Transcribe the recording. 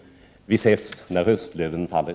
Vi ses när höstlöven faller.